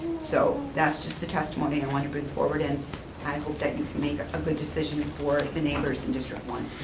so that's just the testimony i wanna bring forward, and i hope that you can make a but decision for the neighbors in district one.